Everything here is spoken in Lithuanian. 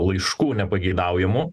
laiškų nepageidaujamų